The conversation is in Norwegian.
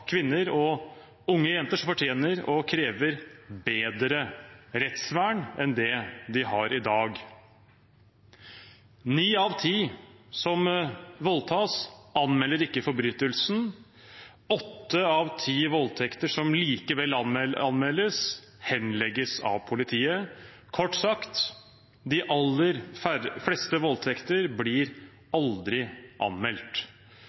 kvinner og unge jenter som fortjener og krever bedre rettsvern enn det de har i dag. Ni av ti som voldtas, anmelder ikke forbrytelsen. Åtte av ti voldtekter som likevel anmeldes, henlegges av politiet. Kort sagt: De aller fleste voldtekter blir aldri anmeldt.